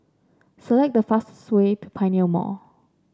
select the fastest way to Pioneer Mall